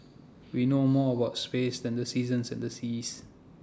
we know more about space than the seasons and the seas